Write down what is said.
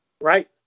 right